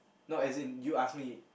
no as in you ask me